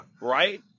Right